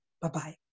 Bye-bye